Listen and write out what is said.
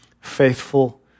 faithful